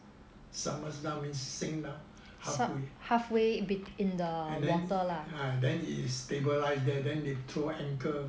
submerge down means sink halfway and then ah then it stabilized then they throw anchor